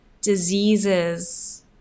diseases